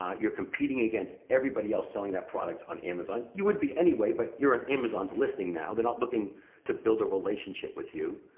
you're competing against everybody else selling that product on amazon. you would be anyway, but you're on amazon's listing now. they're not looking to build a relationship with you.